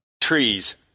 Trees